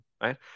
right